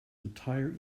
entire